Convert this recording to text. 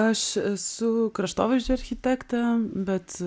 aš esu kraštovaizdžio architektė bet